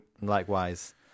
Likewise